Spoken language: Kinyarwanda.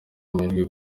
amahirwe